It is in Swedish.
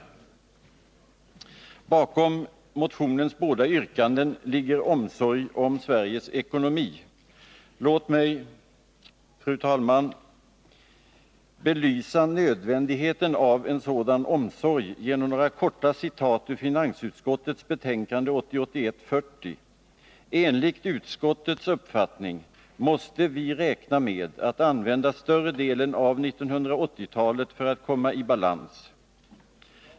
Bakom motionens båda yrkanden ligger omsorg om Sveriges ekonomi. Låt mig, fru talman, belysa nödvändigheten av en sådan omsorg genom några korta citat ur finansutskottets betänkande 1980/81:40: ”Enligt utskottets uppfattning måste vi räkna med att använda större delen av 1980-talet för att komma i balans.